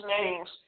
names